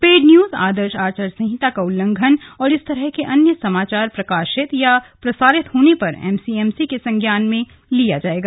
paid news आदर्श आचार संहिता का उल्लंघन और इस तरह के अन्य समाचार प्रकाशित या प्रसारित होने पर एम सी एम सी के संज्ञान में लाया जाएगा